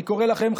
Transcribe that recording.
אני קורא לכם,